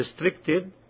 Restricted